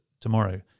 tomorrow